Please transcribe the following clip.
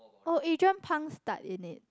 oh eh John-Pang starred in it